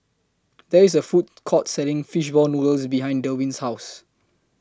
There IS A Food Court Selling Fish Ball Noodles behind Derwin's House